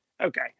okay